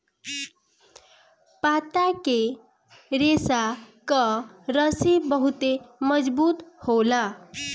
पत्ता के रेशा कअ रस्सी बहुते मजबूत होला